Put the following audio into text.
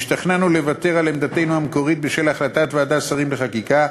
השתכנענו לוותר על עמדתנו המקורית בשל החלטת ועדת השרים לחקיקה,